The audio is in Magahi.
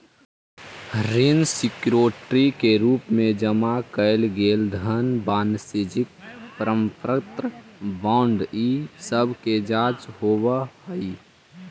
ऋण सिक्योरिटी के रूप में जमा कैइल गेल धन वाणिज्यिक प्रपत्र बॉन्ड इ सब के चर्चा होवऽ हई